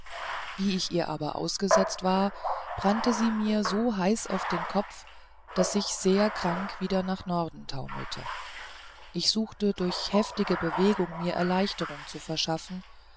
wie ich ihr aber ausgesetzt war brannte sie mir so heiß auf den kopf daß ich sehr krank wieder nach norden taumelte ich suchte durch heftige bewegung mir erleichterung zu verschaffen